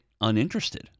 uninterested